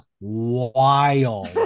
wild